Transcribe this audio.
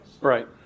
Right